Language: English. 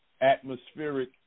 Atmospheric